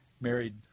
married